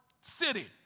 City